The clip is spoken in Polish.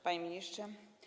Panie Ministrze!